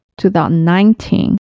2019